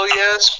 yes